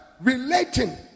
relating